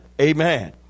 Amen